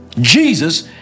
Jesus